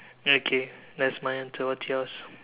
okay that's my answer what's yours